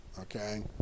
okay